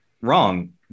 wrong